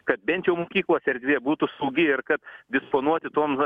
kad bent jau mokyklos erdvė būtų saugi ir kad disponuoti tom va